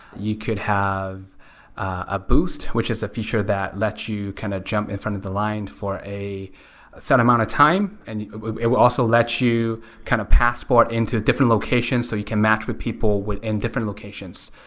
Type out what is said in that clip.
you could have a boost, which is a feature that lets you kind of jump in front of the line for a certain amount of time. and it will also let you kind of passport into different locations so you can match with people within different locations.